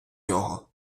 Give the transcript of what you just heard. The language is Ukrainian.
нього